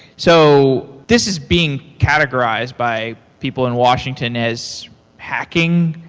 so this is being categorized by people in washington as hacking.